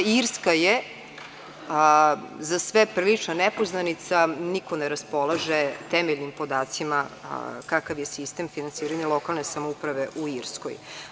Irska je za sve prilična nepoznanica, niko ne raspolaže temeljnim podacima kakav je sistem finansiranja lokalne samouprave u Irskoj.